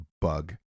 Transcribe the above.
bug